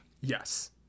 Yes